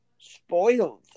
spoiled